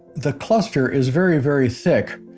the cluster is very, very thick.